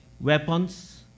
weapons